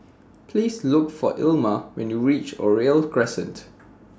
Please Look For Ilma when YOU REACH Oriole Crescent